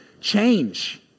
change